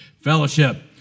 fellowship